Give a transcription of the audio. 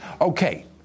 Okay